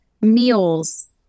meals